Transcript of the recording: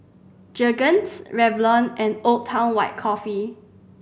Jergens Revlon and Old Town White Coffee